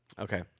Okay